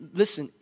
listen